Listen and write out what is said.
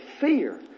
fear